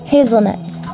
Hazelnuts